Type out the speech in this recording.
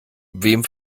wem